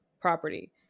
property